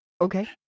okay